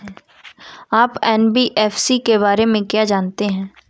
आप एन.बी.एफ.सी के बारे में क्या जानते हैं?